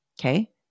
okay